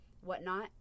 whatnot